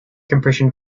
compression